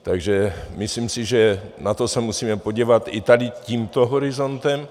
Takže myslím si, že na to se musíme podívat i tady tímto horizontem.